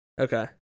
Okay